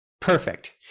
Perfect